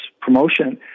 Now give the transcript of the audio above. promotion